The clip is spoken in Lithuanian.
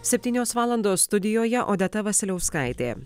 septynios valandos studijoje odeta vasiliauskaitė